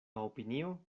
opinio